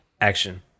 action